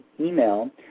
email